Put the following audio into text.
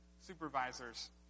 supervisors